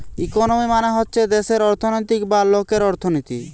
economy মানে হচ্ছে দেশের অর্থনৈতিক বা লোকের অর্থনীতি